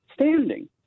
standing